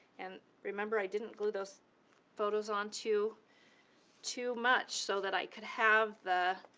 and remember, i didn't glue those photos on to too much, so that i could have the